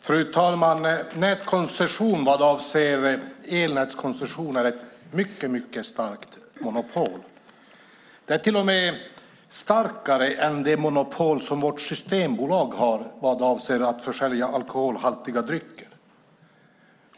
Fru talman! Elnätskoncession är ett mycket starkt monopol. Det är till och med starkare än det monopol som Systembolaget har vad avser att försälja alkoholhaltiga drycker.